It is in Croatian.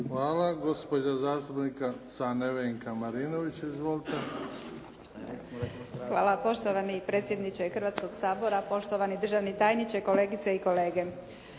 Hvala. Gospođa zastupnica Nevenka Marinović. Izvolite. **Marinović, Nevenka (HDZ)** Hvala poštovani predsjedniče Hrvatskoga sabora, poštovani državni tajniče, kolegice i kolege,